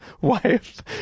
wife